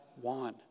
one